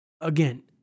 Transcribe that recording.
again